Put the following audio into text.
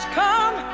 come